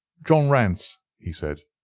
john rance, he said.